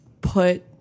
put